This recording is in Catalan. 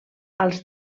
als